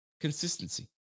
consistency